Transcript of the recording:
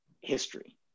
history